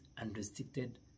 unrestricted